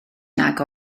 nag